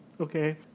okay